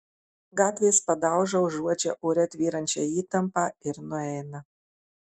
gatvės padauža užuodžia ore tvyrančią įtampą ir nueina